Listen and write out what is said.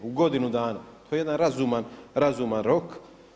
U godinu dana, to je jedan razuman, razuman rok.